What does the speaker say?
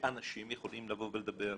שאנשים יוכלו לבוא ולדבר בה,